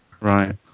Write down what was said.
Right